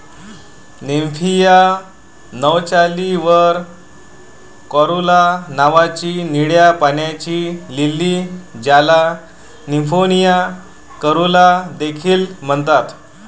Nymphaea नौचाली वर caerulea नावाची निळ्या पाण्याची लिली, ज्याला निम्फिया कॅरुला देखील म्हणतात